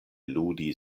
ludi